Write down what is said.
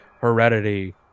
heredity